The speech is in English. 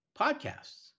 podcasts